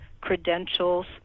credentials